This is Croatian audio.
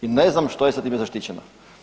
I ne znam što je sa time zaštićeno.